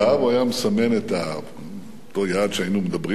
הוא היה מסמן את אותו יעד שהיינו מדברים עליו,